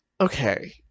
okay